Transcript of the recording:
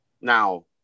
now